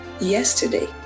yesterday